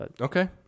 Okay